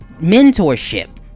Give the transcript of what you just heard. mentorship